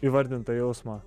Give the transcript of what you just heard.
įvardint tą jausmą